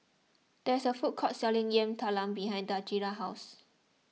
there is a food court selling Yam Talam behind Daijah's house